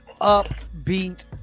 upbeat